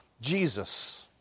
Jesus